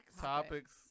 Topics